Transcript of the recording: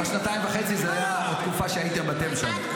לפני שנתיים וחצי זה היה בתקופה שהייתם אתם שם.